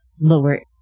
lower